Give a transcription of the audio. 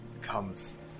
comes